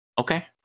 Okay